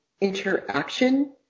interaction